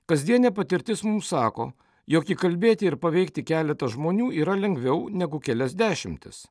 kasdienė patirtis mums sako jog įkalbėti ir paveikti keletą žmonių yra lengviau negu kelias dešimtis